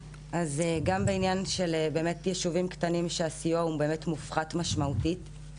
בעניין יישובים קטנים הסיוע באמת מופחת משמעותית,